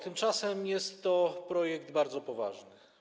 Tymczasem jest to projekt bardzo poważny.